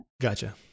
gotcha